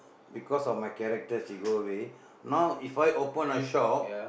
because of my character she go away now if I open a shop